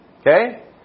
Okay